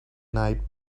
night